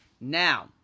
now